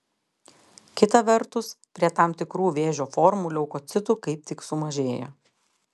kita vertus prie tam tikrų vėžio formų leukocitų kaip tik sumažėja